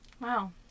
Wow